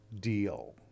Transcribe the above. deal